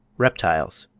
reptiles